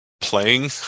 playing